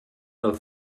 del